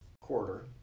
quarter